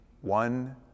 one